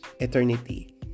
eternity